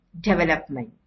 development